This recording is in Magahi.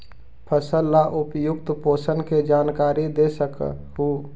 फसल ला उपयुक्त पोषण के जानकारी दे सक हु?